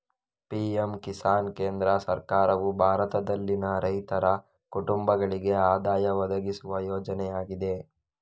PM Kisan ಕೇಂದ್ರ ಸರ್ಕಾರವು ಭಾರತದಲ್ಲಿನ ರೈತರ ಕುಟುಂಬಗಳಿಗೆ ಆದಾಯ ಒದಗಿಸುವ ಯೋಜನೆಯಾಗಿದೆ